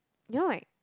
you know like